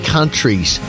Countries